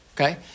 okay